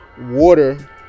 water